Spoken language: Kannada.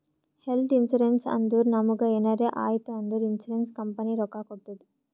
ಹೆಲ್ತ್ ಇನ್ಸೂರೆನ್ಸ್ ಅಂದುರ್ ನಮುಗ್ ಎನಾರೇ ಆಯ್ತ್ ಅಂದುರ್ ಇನ್ಸೂರೆನ್ಸ್ ಕಂಪನಿ ರೊಕ್ಕಾ ಕೊಡ್ತುದ್